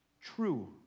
True